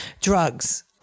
drugs